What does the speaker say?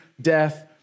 death